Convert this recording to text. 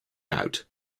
out